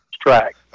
track